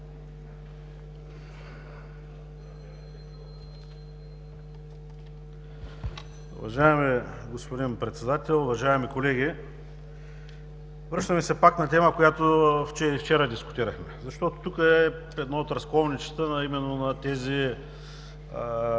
Уважаеми господин Председател, уважаеми колеги! Връщаме се пак на тема, която вчера дискутирахме, защото тук е едно от разковничетата именно на тези,